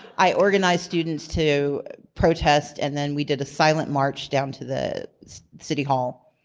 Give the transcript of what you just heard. i organized students to protest and then we did a silent march down to the city hall.